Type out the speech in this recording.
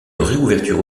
réouverture